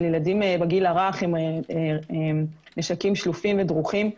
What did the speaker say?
ילדים בגיל הרך עם נשקים שלופים ודרוכים.